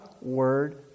word